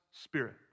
Spirit